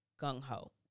gung-ho